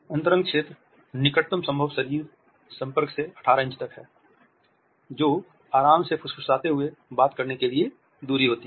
अंतरंग क्षेत्र निकटतम संभव शरीर संपर्क से 18 इंच तक है जो आराम से फुसफुसाते हुए बात करने के लिए दूरी है